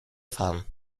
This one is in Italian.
fan